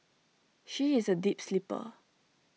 she is A deep sleeper